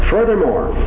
Furthermore